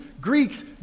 Greeks